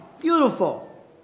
Beautiful